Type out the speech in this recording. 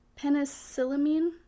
penicillamine